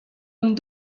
amb